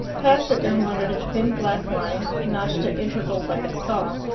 past it there wandered a thin black line, notched at intervals like a saw,